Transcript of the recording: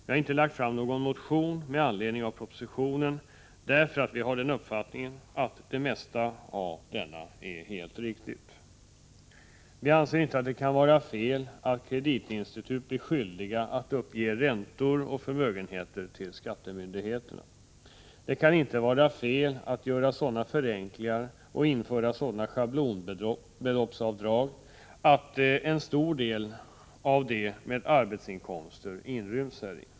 Vi har inte lagt fram någon motion med anledning av propositionen därför att vi har den uppfattningen att det mesta i den är helt riktigt. Vi anser inte att det kan vara fel att kreditinstitut blir skyldiga att uppge räntor och förmögenheter till skattemyndigheterna. Det kan inte heller vara fel att göra sådana förenklingar och införa sådana schablonbeloppsavdrag som omfattar en stor del av dem som har arbetsinkomster.